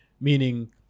meaning